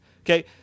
Okay